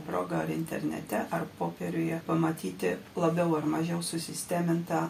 progą internete ar popieriuje pamatyti labiau ar mažiau susistemintą